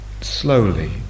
slowly